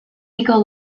eco